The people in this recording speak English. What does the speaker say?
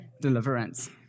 deliverance